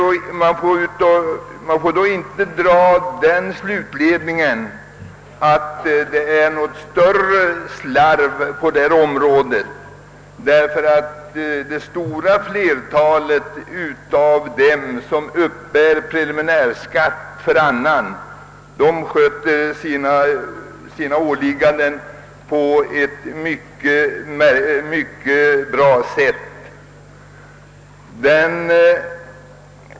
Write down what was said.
Men vi får inte därav dra den slutsatsen att det förekommer något större slarv på detta område. Det stora flertalet av dem som uppbär preliminär skatt för annan sköter sina åligganden på ett mycket bra sätt.